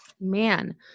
Man